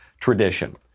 tradition